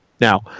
now